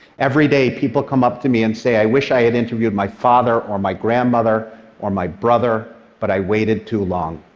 every day, people come up to me and say, i wish i had interviewed my father or my grandmother or my brother, but i waited too long.